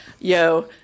yo